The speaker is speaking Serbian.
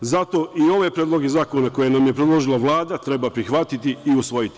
Zato i ove predloge zakona, koje nam je predložila Vlada, treba prihvatiti i usvojiti.